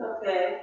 Okay